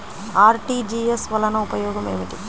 RTGS వలన ఉపయోగం ఏమిటీ?